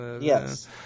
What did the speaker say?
Yes